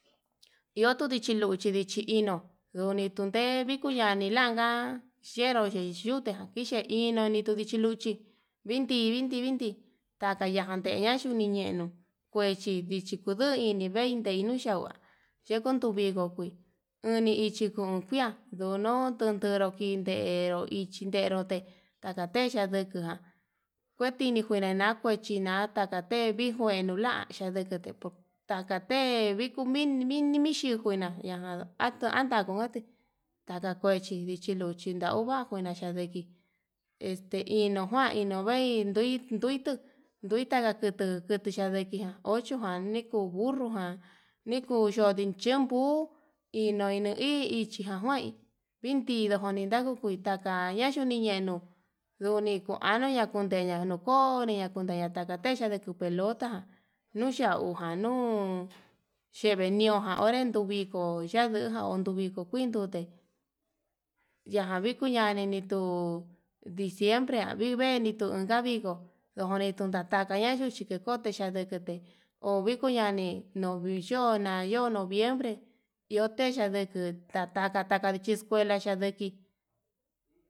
Iho tudichi luchi ndichi ino'o ndune tundee ndituñani yanka yeyu yii yuu, te tuina yuu tedichi luchi vinti, vinti, vinti takayante na'a xhuniyenu kue chi ndichi kuluu niku vendi nuu yunahua kunduu vinguo kuii, nani ichi kun njuia ndunu ndudero kinde pero ichidero ichidero te'e tata texhia ndukua kuetini ndinina'a kuechi tina'a tatate vii, kuenuu la'a xhedekete takate vikuu nimi mixhemi ñana anta antañun kuete tatakuechi ndichi luchi ndauva'a nguena xhadei, este njuan inuu vei ndituu ndui kadakutu kutu yavee vi ochojan nikuu burru jan nikudu chenpuu ino ene hi ichijan kuain vidina kunu ndanujuita taña xhuniñenuu, nduni kuanuu nakundeya yanuu ko'o nakundeya ndakatexhia ni kuu pelota nuchia uxhia nuu xheven ndiojan onrén nduvii ndiko ñandujan kui ndute yajan viko ñandii, nduu diciembre vivenitu unda'a viko ndore tuu tataka ña'a xhia nduchi kokoxhitia ndute ho viko yanii nuu viyo'ó na yo'ó noviembre iho texhia nduku ta'a taka chi escuela yadiki.